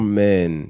men